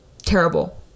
terrible